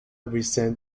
resent